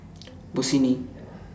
Bossini